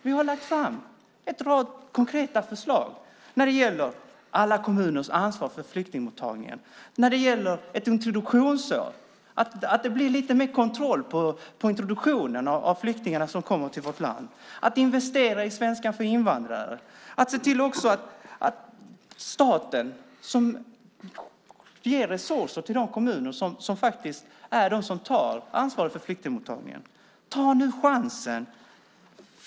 Vi har lagt fram en rad konkreta förslag om alla kommuners ansvar för flyktingmottagningen när det gäller ett introduktionsår, så att det blir lite mer kontroll på introduktionen för flyktingarna som kommer till vårt land. Det handlar om att investera i svenska för invandrare. Det handlar också om att se till att staten ger resurser till de kommuner som faktiskt tar ansvar för flyktingmottagningen. Ta nu chansen!